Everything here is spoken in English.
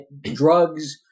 drugs